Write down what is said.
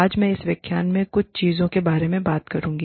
आज मैं इस व्याख्यान में कुछ चीजों के बारे में बात करुँगी